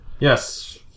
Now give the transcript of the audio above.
Yes